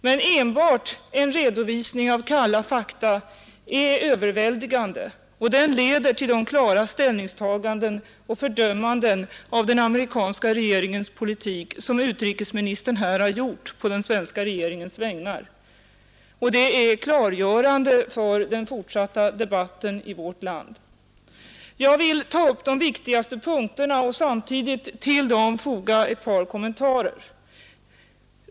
Men redan en redovisning av kalla fakta är överväldigande och leder till de klara ställningstaganden och fördömanden av den amerikanska regeringens politik som utrikesministern här gjort på den svenska regeringens vägnar. Det är klargörande för den fortsatta debatten i vårt land. Jag vill ta upp de viktigaste punkterna och samtidigt till dem foga ett par kommentarer.